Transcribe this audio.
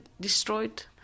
destroyed